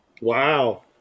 Wow